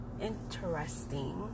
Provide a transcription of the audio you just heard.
interesting